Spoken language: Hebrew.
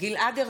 (קוראת בשמות חברי הכנסת) גלעד ארדן,